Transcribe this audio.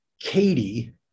Katie